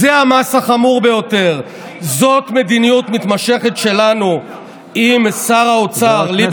למה לא עשית, היית שר הכלכלה.